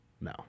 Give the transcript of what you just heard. No